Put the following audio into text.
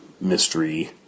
Mystery